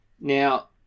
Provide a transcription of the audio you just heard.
Now